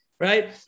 Right